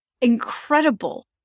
incredible